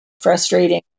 frustrating